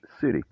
City